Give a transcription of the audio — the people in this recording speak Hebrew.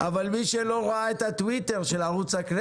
אנחנו נעביר לכבוד היו"ר עוד מעט את ההגדרה.